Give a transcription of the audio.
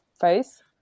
face